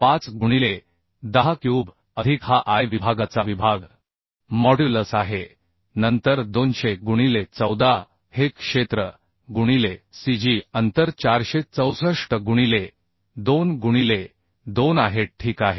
95 गुणिले 10 क्यूब अधिक हा I विभागाचा विभाग मॉड्युलस आहे नंतर 200 गुणिले 14 हे क्षेत्र गुणिले cg अंतर 464 गुणिले 2 गुणिले 2 आहे ठीक आहे